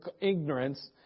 ignorance